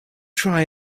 try